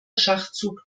schachzug